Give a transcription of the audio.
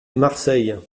marseille